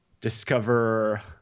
discover